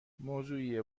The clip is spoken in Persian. موضوعی